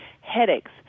headaches